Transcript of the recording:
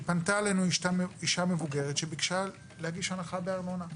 פנתה אלינו אישה מבוגרת שביקשה להגיש הנחה בארנונה.